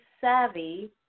savvy